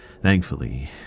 thankfully